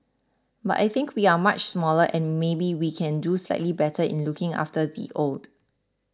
but I think we are much smaller and maybe we can do slightly better in looking after the old